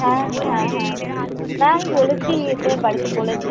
হ্যাঁ হ্যাঁ হ্যাঁ না আমি বলেছি ইয়েতে বাড়িতে বলেছি